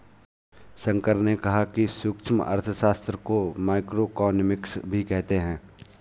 शंकर ने कहा कि सूक्ष्म अर्थशास्त्र को माइक्रोइकॉनॉमिक्स भी कहते हैं